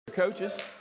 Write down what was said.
coaches